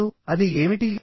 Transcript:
ఇప్పుడుఅది ఏమిటి